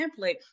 template